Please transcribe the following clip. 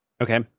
Okay